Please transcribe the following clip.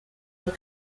were